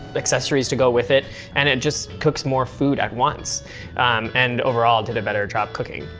accessories to go with it and it just cooks more food at once and overall, it did a better job cooking.